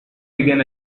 began